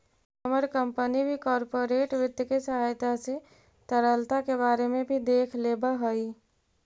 हमर कंपनी भी कॉर्पोरेट वित्त के सहायता से तरलता के बारे में भी देख लेब हई